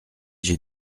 j’ai